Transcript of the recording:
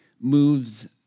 moves